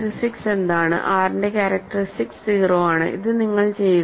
R ന്റെ characteristics 0 ആണ് ഇത് നിങ്ങൾ ചെയ്യുക